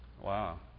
Wow